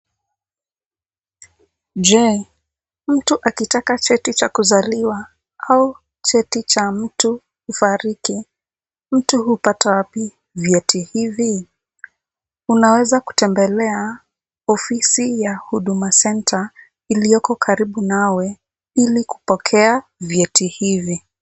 Je, mtu akitaka cheti cha kuzaliwa, au cheti cha mtu kufariki, mtu hupata wapi vyeti hivi? Unaweza kutembelea ofisi ya Huduma Centre ilioko karibu nawe, ili kupokea vyeti hivi.